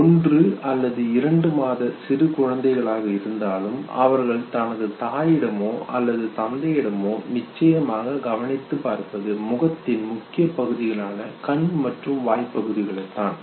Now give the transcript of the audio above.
ஒன்று அல்லது இரண்டு மாத சிறு குழந்தைகளாக இருந்தாலும் அவர்கள் தனது தாயிடமோ அல்லது தந்தையிடமோ நிச்சயமாக கவனித்து பார்ப்பது முகத்தின் முக்கிய பகுதிகளான கண் மற்றும் வாய் பகுதிகளை தான்